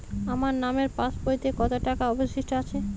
আমার নামের পাসবইতে কত টাকা অবশিষ্ট আছে?